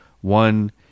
one